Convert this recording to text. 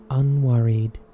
unworried